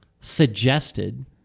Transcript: suggested